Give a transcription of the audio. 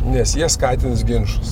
nes jie skatins ginčus